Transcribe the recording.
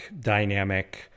dynamic